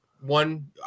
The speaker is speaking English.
One